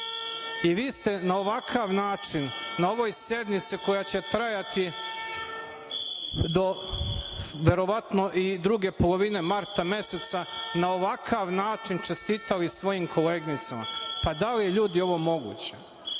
i vi ste na ovakav način, na ovoj sednici koja će trajati do verovatno i druge polovine marta meseca, na ovakav način čestitali svojim koleginicama. Da li je, ljudi, ovo moguće